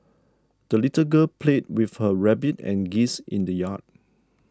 the little girl played with her rabbit and geese in the yard